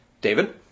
David